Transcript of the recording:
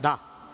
Da.